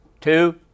two